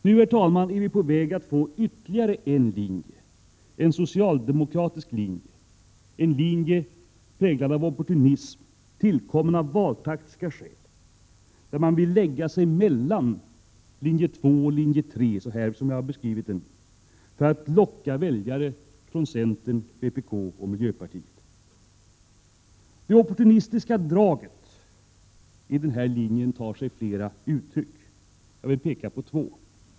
Nu, herr talman, är vi på väg att få ytterligare en linje, en socialdemokratisk linje, en linje präglad av opportunism och tillkommen av valtaktiska skäl. Dess anhängare vill lägga sig mellan Linje 2 och Linje 3 för att locka väljare från centern, vpk och miljöpartiet. Det opportunistiska draget i den här linjen tar sig flera uttryck. Jag vill peka på två.